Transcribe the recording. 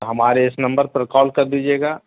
ہمارے اس نمبر پر کال کر دیجیے گا